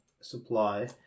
supply